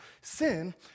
Sin